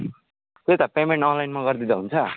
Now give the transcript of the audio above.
त्यही त पेमेन्ट अनलाइनमा गरिदिँदा हुन्छ